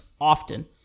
often